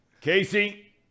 Casey